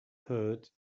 herd